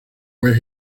where